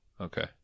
Okay